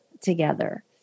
together